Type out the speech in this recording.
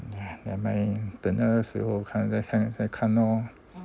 ah nevermind 等那个时候看再看咯